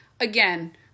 again